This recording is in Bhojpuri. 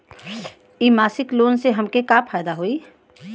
इ मासिक लोन से हमके का फायदा होई?